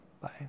Bye